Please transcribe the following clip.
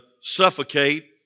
suffocate